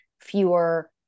fewer